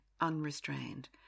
unrestrained